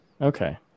Okay